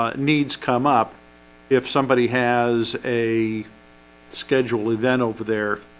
ah needs come up if somebody has a schedule we then over there.